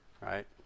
right